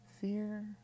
fear